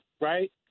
right